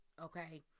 Okay